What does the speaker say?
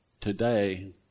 Today